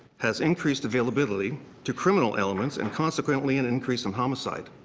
has increased availability to criminal elements and consequently an increase in homicide.